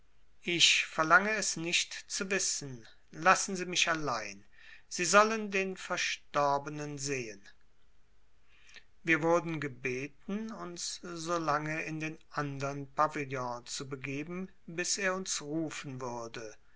ich verlange es nicht zu wissen lassen sie mich allein sie sollen den verstorbenen sehen wir wurden gebeten uns so lange in den andern pavillon zu begeben bis er uns rufen würde